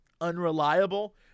unreliable